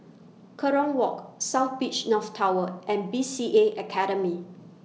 Kerong Walk South Beach North Tower and B C A Academy